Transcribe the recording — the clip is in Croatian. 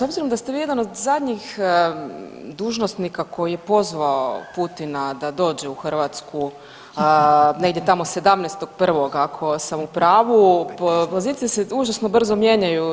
S obzirom da ste vi jedan od zadnjih dužnosnika koji je pozvao Putina da dođe u Hrvatsku negdje tamo 17.1. ako sam u pravu u poziciji se vrlo brzo mijenjanju.